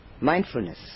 Mindfulness